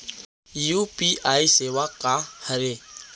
UPI सेवा का हरे?